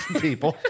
people